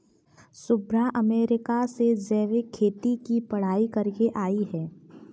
Shubhra America से जैविक खेती की पढ़ाई करके आई है